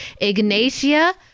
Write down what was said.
Ignatia